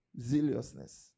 zealousness